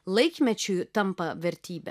laikmečiui tampa vertybe